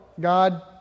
God